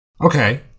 Okay